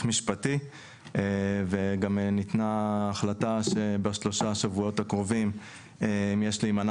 משפטי וגם ניתנה החלטה שבשלושה שבועות הקרובים יש להימנע